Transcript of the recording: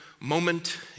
moment